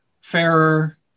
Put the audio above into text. fairer